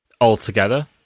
altogether